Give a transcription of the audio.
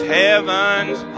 heaven's